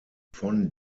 von